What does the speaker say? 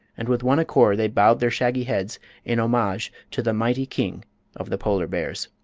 and with one accord they bowed their shaggy heads in homage to the mighty king of the polar bears.